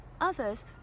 others